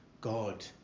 God